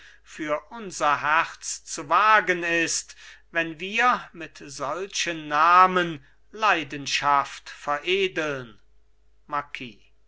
für unser herz zu wagen ist wenn wir mit solchen namen leidenschaft veredeln